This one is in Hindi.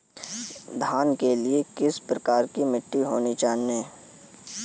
धान के लिए किस प्रकार की मिट्टी होनी चाहिए?